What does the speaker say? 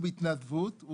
הוא בהתנדבות,